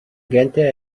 gente